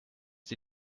sie